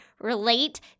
relate